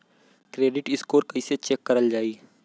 Credit score कइसे check करल जायी?